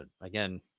again